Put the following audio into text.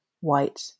white